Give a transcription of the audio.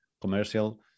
commercial